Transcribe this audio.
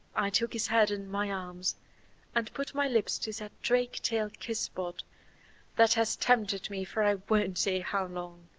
i took his head in my arms and put my lips to that drake-tail kiss-spot that has tempted me for i won't say how long.